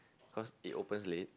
cause it opens late